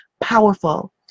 powerful